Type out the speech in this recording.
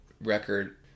record